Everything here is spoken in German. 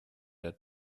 der